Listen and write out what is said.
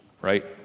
Right